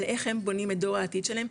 על איך הם בונים את דור העתיד שלהם,